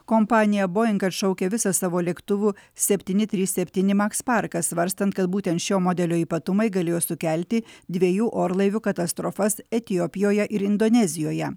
kompanija boing atšaukia visą savo lėktuvu septyni trys septyni maks parką svarstant kad būtent šio modelio ypatumai galėjo sukelti dviejų orlaivių katastrofas etiopijoje ir indonezijoje